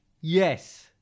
Yes